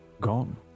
gone